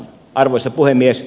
arvoisa puhemies